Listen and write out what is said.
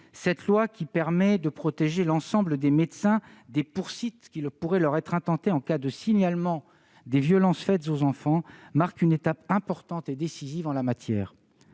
Cette loi, qui permet de protéger l'ensemble des médecins des poursuites qui pourraient leur être intentées en cas de signalement des violences faites aux enfants, marque une étape importante et décisive en la matière.